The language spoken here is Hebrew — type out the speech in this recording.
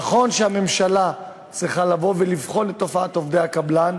נכון שהממשלה צריכה לבוא ולבחון את תופעת עובדי הקבלן,